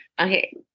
Okay